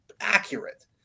accurate